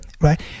right